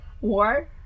war